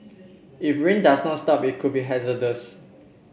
if rain does not stop it could be hazardous